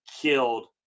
killed